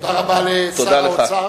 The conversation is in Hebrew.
תודה רבה לשר האוצר.